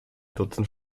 dutzend